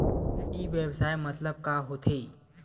ई व्यवसाय मतलब का होथे?